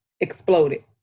exploded